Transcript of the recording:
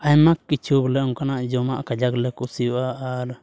ᱟᱭᱢᱟ ᱠᱤᱪᱷᱩ ᱵᱚᱞᱮ ᱚᱱᱠᱟᱱᱟᱜ ᱡᱚᱢᱟᱜ ᱠᱟᱡᱟᱠ ᱞᱮ ᱠᱩᱥᱤᱣᱟᱜᱼᱟ ᱟᱨ